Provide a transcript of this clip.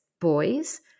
boys